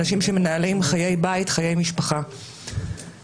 אנשים שמנהלים חיי בית, חיי משפחה נורמטיביים.